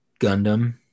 gundam